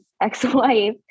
ex-wife